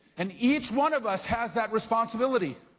and each one of us has that responsibility.